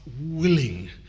willing